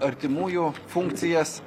artimųjų funkcijas